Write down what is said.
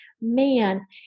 man